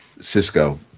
cisco